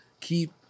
keep